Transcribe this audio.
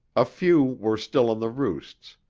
a few were still on the roosts,